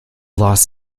los